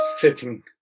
fitting